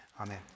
Amen